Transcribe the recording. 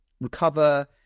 recover